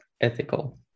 ethical